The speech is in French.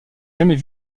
jamais